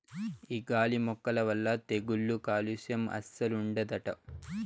ఈ గాలి మొక్కల వల్ల తెగుళ్ళు కాలుస్యం అస్సలు ఉండదట